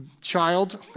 child